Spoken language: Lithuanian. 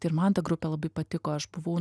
tai ir man ta grupė labai patiko aš buvau